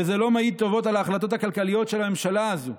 וזה לא מעיד טובות על ההחלטות הכלכליות של הממשלה הזו.